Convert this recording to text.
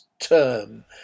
term